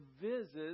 visits